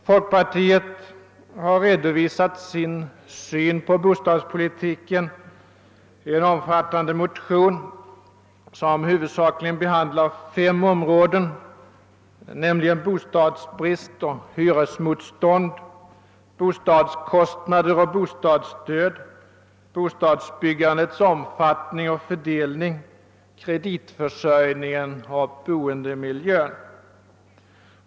Folkpartiet har redovisat sin syn på bostadspolitiken i en omfattande motion, som huvudsakligen behandlar fem områden, nämligen bostadsbrist och hyresmotstånd, bostadskostnader och bostadsstöd, bostadsbyggandets <omfattning och fördelning, kreditförsörjningen och boendemiljön.